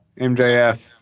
MJF